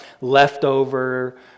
leftover